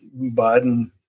Biden